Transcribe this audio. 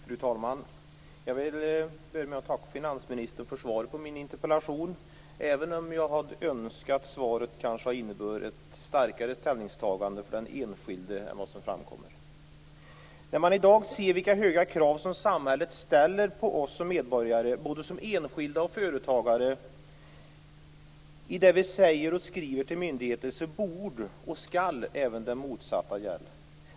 Fru talman! Jag vill börja med att tacka finansministern för svaret på min interpellation, även om jag kanske hade önskat att svaret hade inneburit ett starkare ställningstagande för den enskilde än vad som framkommer. När man i dag ser vilka höga krav som samhället ställer på oss som medborgare, både som enskilda och företagare, i det vi säger och skriver till myndigheter, borde och skall även det motsatta gälla.